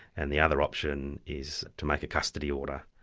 and the other option is to make a custody order.